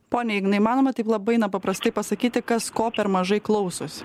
pone ignai įmanoma taip labai na paprastai pasakyti kas ko per mažai klausosi